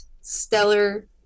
stellar